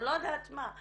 אני לא יודעת מה.